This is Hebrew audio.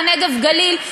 והנגב-גליל,